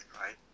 right